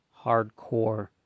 hardcore